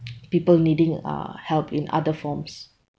people needing uh help in other forms